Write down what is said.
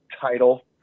title